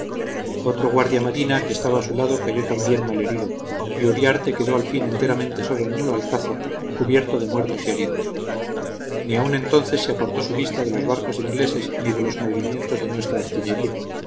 otro guardia marina que estaba a su lado cayó también mal herido y uriarte quedó al fin enteramente solo en el alcázar cubierto de muertos y heridos ni aun entonces se apartó su vista de los barcos ingleses ni de los movimientos de nuestra artillería